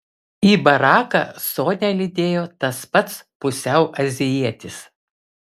į baraką sonią lydėjo tas pats pusiau azijietis